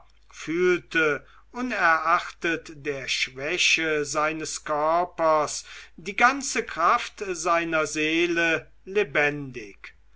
fühlte unerachtet der schwäche seines körpers die ganze kraft seiner seele lebendig